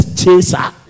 chaser